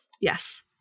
Yes